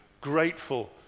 grateful